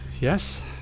Yes